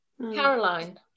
Caroline